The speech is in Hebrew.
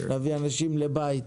להביא אנשים לבית.